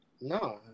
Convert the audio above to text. No